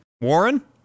Warren